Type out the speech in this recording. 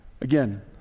Again